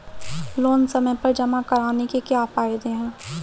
Loan समय पर जमा कराने के क्या फायदे हैं?